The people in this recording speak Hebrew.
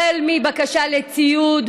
החל מבקשה לציוד,